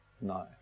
No